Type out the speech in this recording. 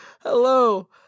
Hello